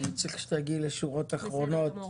אני צריך שתגיעי לשורות האחרונות.